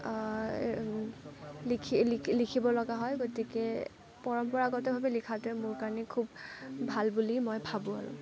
লিখিব লগা হয় গতিকে পৰম্পৰাগতভাৱে লিখাটোৱে মোৰ কাৰণে খুব ভাল বুলি মই ভাবোঁ আৰু